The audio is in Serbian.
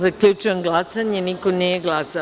Zaključujem glasanje: niko nije glasao.